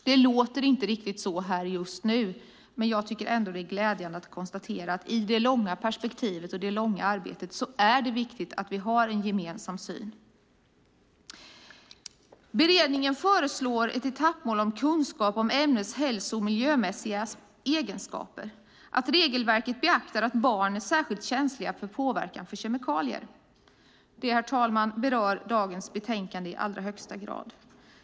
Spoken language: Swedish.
Det låter inte riktigt så just nu, men jag kan konstatera att i det långa perspektivet och i det långsiktiga arbetet har vi en gemensam syn, och det är viktigt. Beredningen föreslår ett etappmål om kunskap om ämnens hälso och miljömässiga egenskaper, att regelverket beaktar att barn är särskilt känsliga för påverkan från kemikalier. Det, herr talman, berör dagens betänkande i allra högsta grad.